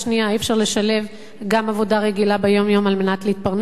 אי-אפשר לשלב גם עבודה רגילה ביום-יום על מנת להתפרנס,